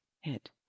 hit